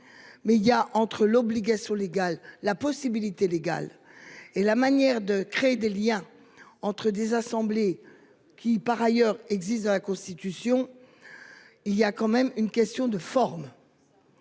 Mais il y a entre l'obligation légale la possibilité légale et la manière de créer des Liens entre des assemblées qui par ailleurs existe dans la constitution. Il y a quand même une question de forme.